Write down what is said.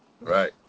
Right